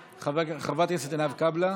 חברת הכנסת עינב קאבלה